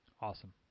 Awesome